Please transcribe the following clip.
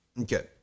Okay